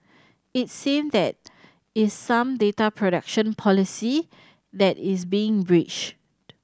it seem that is some data protection policy that is being breached